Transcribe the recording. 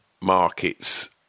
markets